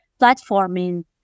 platforming